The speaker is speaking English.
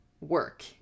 work